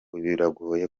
biragoye